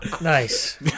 Nice